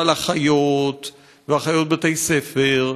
על אחיות ואחיות בתי-ספר.